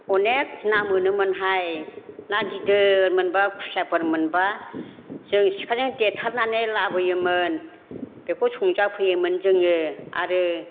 अनेक ना मोनोमोनहाय ना गिदिर मोनबा खुसियाफोर मोनबा जों सिखाजों देथारनानै लाबोयोमोन बेखौ संजा फैयोमोन जोङो आरो